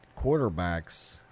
quarterbacks